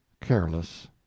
careless